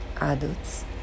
adults